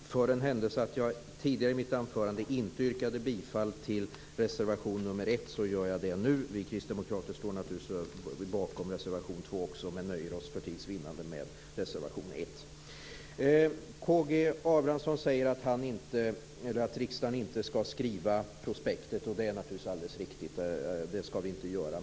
Fru talman! För den händelse att jag i mitt tidigare anförande inte yrkade bifall till reservation nr 1 gör jag det nu. Vi kristdemokrater står naturligtvis bakom reservation 2 men nöjer oss för tids vinnande med att yrka bifall till reservation 1. K G Abramsson säger att riksdagen inte ska skriva prospektet, och det är naturligtvis alldeles riktigt. Det ska vi inte göra.